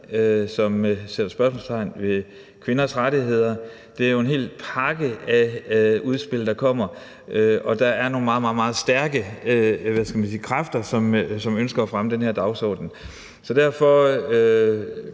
som sætter spørgsmålstegn ved kvinders rettigheder. Det er jo en hel pakke af udspil, der kommer, og der er nogle meget, meget stærke kræfter, som ønsker at fremme den her dagsorden. Så jeg